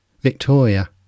Victoria